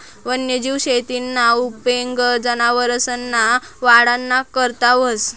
वन्यजीव शेतीना उपेग जनावरसना वाढना करता व्हस